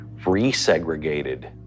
resegregated